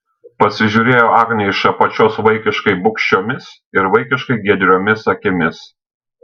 pasižiūrėjo agnė iš apačios vaikiškai bugščiomis ir vaikiškai giedriomis akimis